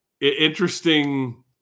interesting